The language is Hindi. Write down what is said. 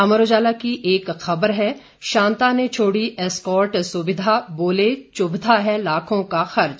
अमर उजाला की एक खबर है शांता ने छोड़ी एस्कार्ट सुविधा बोले चुभता है लाखों का खर्च